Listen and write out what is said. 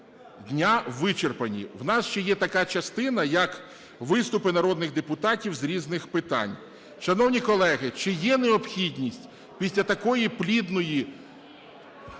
дня вичерпані. В нас ще є така частина, як виступи народних депутатів з різних питань. Шановні колеги, чи є необхідність після такої плідної